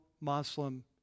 Muslim